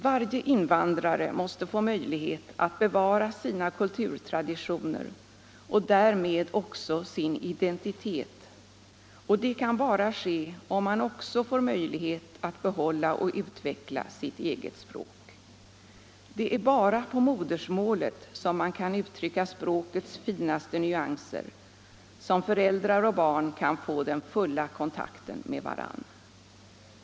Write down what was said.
Varje invandrare måste få möjlighet att bevara sina kulturtraditioner och därmed sin identitet, och det kan bara ske om man också får möjlighet att behålla och utveckla sitt eget språk. Det är bara på modersmålet som man kan uttrycka språkets finaste nyanser, som föräldrar och barn kan få den fulla kontakten med varann.